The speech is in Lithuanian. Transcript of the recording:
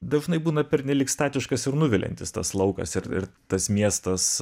dažnai būna pernelyg statiškas ir nuviliantis tas laukas ir ir tas miestas